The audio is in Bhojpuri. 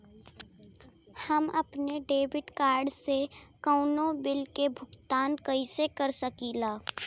हम अपने डेबिट कार्ड से कउनो बिल के भुगतान कइसे कर सकीला?